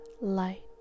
light